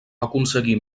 aconseguí